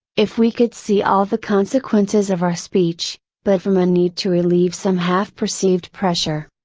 if we could see all the consequences of our speech, but from a need to relieve some half perceived pressure.